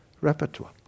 repertoire